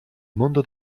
mondo